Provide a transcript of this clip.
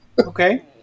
okay